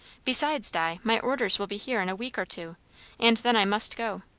besides, di, my orders will be here in a week or two and then i must go.